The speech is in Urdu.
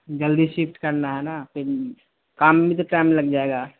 جلدی شفٹ کرنا ہے نا پھر کام میں بھی تو ٹائم لگ جائے گا